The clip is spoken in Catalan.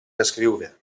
escriure